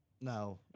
No